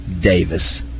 Davis